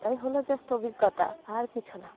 এটাই হলো জাস্ট অভিজ্ঞতা আর কিছু না